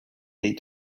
they